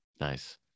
Nice